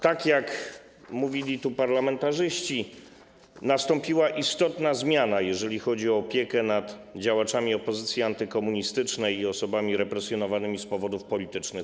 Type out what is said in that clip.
Tak jak mówili tu parlamentarzyści, nastąpiła istotna zmiana, jeżeli chodzi o opiekę nad działaczami opozycji antykomunistycznej i osobami represjonowanymi z powodów politycznych.